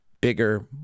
bigger